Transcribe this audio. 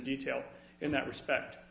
detail in that respect